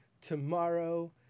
tomorrow